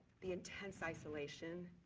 the intense isolation,